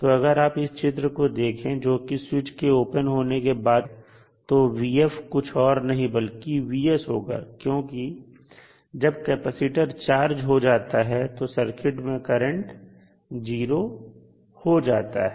तो अगर आप इस चित्र को देखें जोकि स्विच के ओपन होने के बाद का चित्र है तो कुछ और नहीं बल्कि Vs होगा क्योंकि जब कैपेसिटर चार्ज हो जाता है तो सर्किट में करंट 0 हो जाता है